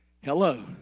Hello